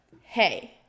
hey